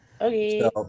Okay